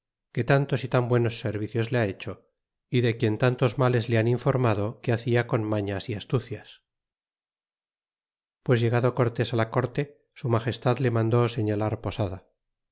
que tantos y tan buenos servicios le ha hecho y de quien tantos males le han informado que hacia con mañas e astucias pues llegado cortes la corte su magestad le mandó señalar posada